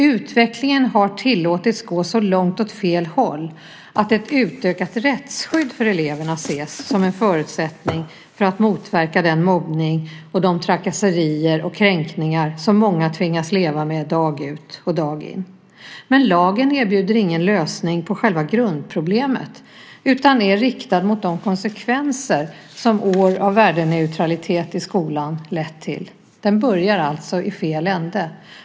Utvecklingen har tillåtits att gå så långt åt fel håll att ett utökat rättsskydd för eleverna ses som en förutsättning för att motverka den mobbning och de trakasserier och kränkningar som många tvingas leva med dag ut och dag in. Men lagen erbjuder ingen lösning på själva grundproblemet utan är riktad mot de konsekvenser som år av värdeneutralitet i skolan lett till. Den börjar alltså i fel ände.